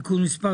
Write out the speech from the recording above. (תיקון מס'